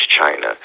China